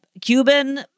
Cuban